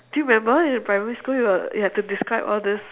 do you remember in primary school you got you have to describe all this